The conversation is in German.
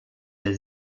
der